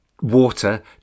water